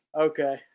Okay